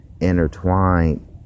intertwined